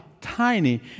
tiny